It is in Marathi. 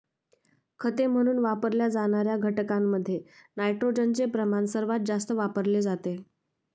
खते म्हणून वापरल्या जाणार्या घटकांमध्ये नायट्रोजनचे प्रमाण सर्वात जास्त वापरले जाते